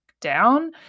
down